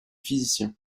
physicien